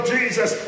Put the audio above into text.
Jesus